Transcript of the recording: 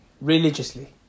religiously